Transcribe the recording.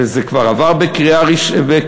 וזה כבר עבר בקריאה ראשונה,